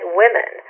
women